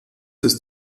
ist